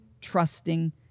trusting